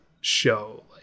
show